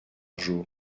jour